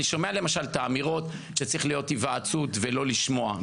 אני שומע למשל את האמירות שצריכה להיות היוועצות ולא לשמוע.